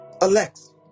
Alex